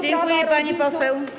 Dziękuję, pani poseł.